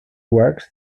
works